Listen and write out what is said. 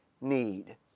need